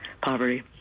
poverty